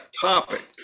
topic